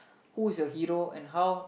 who is your hero and how